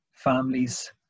families